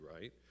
right